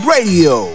Radio